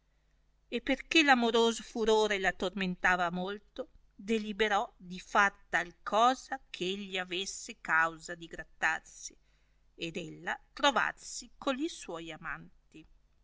e perchè l'amoroso furore la tormentava molto deliberò di far tal cosa eh egli avesse causa di grattarsi ed ella trovarsi colli suoi amanti